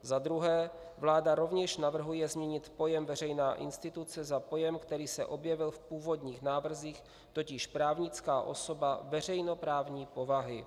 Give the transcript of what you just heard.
Za druhé, vláda rovněž navrhuje změnit pojem veřejná instituce za pojem, který se objevil v původních návrzích, totiž právnická osoba veřejnoprávní povahy.